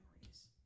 memories